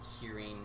hearing